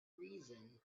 reason